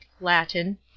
Latin